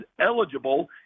eligible